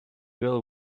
girl